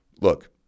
look